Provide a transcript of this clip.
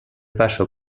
paso